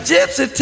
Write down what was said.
Gypsy